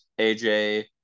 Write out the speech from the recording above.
AJ